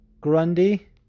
Grundy